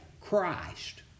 Christ